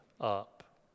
up